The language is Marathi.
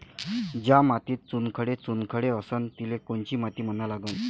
ज्या मातीत चुनखडे चुनखडे असन तिले कोनची माती म्हना लागन?